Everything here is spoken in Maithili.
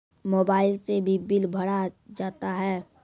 मोबाइल से भी बिल भरा जाता हैं?